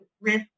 risk